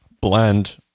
blend